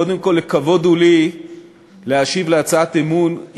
קודם כול כבוד הוא לי להשיב על הצעת אי-אמון